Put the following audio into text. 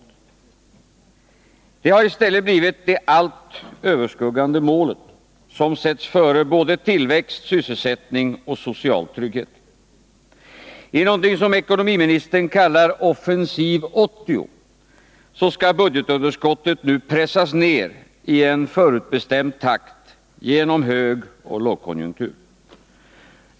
Att minska detta har i stället blivit det allt överskuggande målet, som sätts före både tillväxt, sysselsättning och social trygghet. I något som ekonomiministern kallar Offensiv 80 skall budgetunderskottet nu pressas ned i en förutbestämd takt, genom högoch lågkonjunktur.